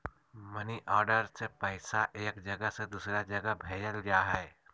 money order से पैसा एक जगह से दूसर जगह भेजल जा हय